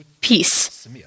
peace